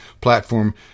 platform